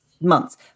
months